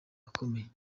akomeye